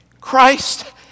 Christ